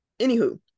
anywho